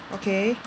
okay